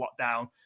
lockdown